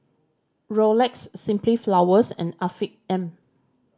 Rolex Simply Flowers and Afiq M